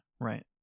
right